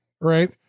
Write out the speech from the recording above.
right